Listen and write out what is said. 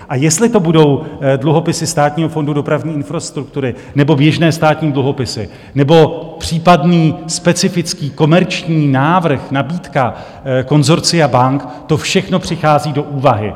A jestli to budou dluhopisy Státního fondu dopravní infrastruktury, nebo běžné státní dluhopisy, nebo případný specifický komerční návrh, nabídka konsorcia bank, to všechno přichází do úvahy.